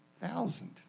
thousand